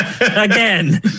Again